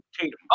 Tatum